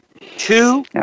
Two